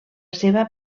seva